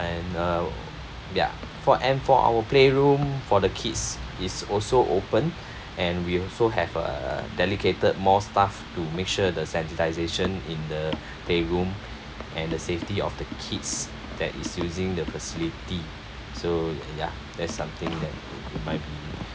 and uh ya for and for our playroom for the kids it's also open and we also have uh dedicated more staff to make sure the sanitisation in the playroom and the safety of the kids that is using the facility so ya that's something that might